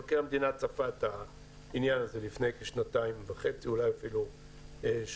מבקר המדינה צפה את העניין הזה לפני כשנתיים וחצי אולי אפילו שלוש.